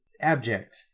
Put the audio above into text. abject